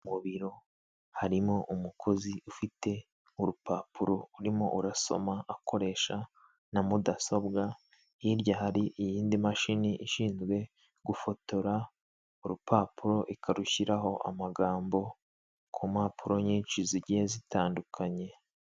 MU biro harimo umukozi ufite urupapuro urimo urasoma akoresha na mudasobwa, hirya hari iyindi mashini ishinzwe gufotora urupapuro ikarushyiraho amagambo, ku mmpapuro nyinshi zigiye zitandukanye.